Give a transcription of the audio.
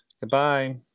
goodbye